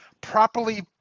properly